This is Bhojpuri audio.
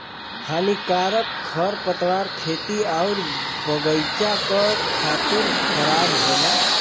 हानिकारक खरपतवार खेती आउर बगईचा क खातिर खराब होला